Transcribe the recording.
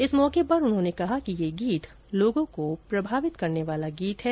इस मौके पर श्री डिडेल ने कहा कि ये गीत लोगों को प्रभावित करने वाला गीत है